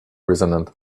resonant